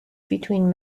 between